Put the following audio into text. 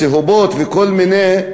צהובות וכל מיני,